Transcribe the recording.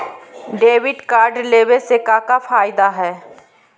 Debit card लेवे से का का फायदा है?